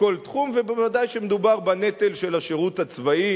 בכל תחום, ובוודאי כשמדובר בנטל של השירות הצבאי,